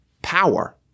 Power